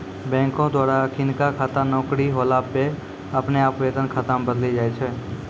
बैंको द्वारा अखिनका खाता नौकरी होला पे अपने आप वेतन खाता मे बदली जाय छै